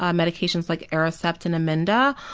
um medications like aricept and namenda,